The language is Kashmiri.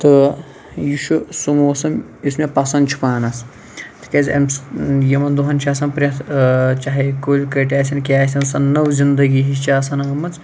تہٕ یہِ چھُ سُہ موسَم یُس مےٚ پَسَنٛد چھُ پانَس تِکیاز امہِ یِمَن دۄہَن چھُ آسان پرٮ۪تھ چاہے کُلۍ کٔٹۍ آسَن کیاہ آسَن سۄ نٔو زِندگی ہِش آسان آمٕژ